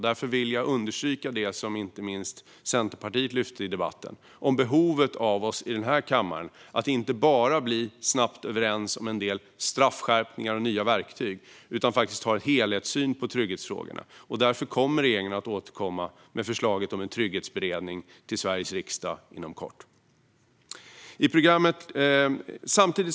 Jag vill därför understryka det som inte minst Centerpartiet lyft i debatten: behovet av att vi i denna kammare inte bara snabbt kommer överens om en del straffskärpningar och nya verktyg utan att vi också har en helhetssyn på trygghetsfrågorna. Därför kommer regeringen inom kort att återkomma till Sveriges riksdag med förslaget om en trygghetsberedning.